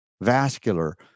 vascular